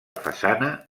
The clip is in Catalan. façana